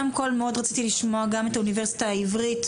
קודם כל מאוד רציתי לשמוע גם את האוניברסיטה העברית.